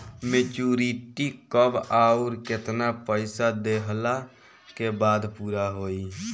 Maturity कब आउर केतना पईसा देहला के बाद पूरा होई?